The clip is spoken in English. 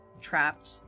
trapped